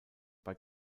bei